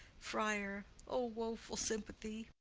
friar. o woeful sympathy!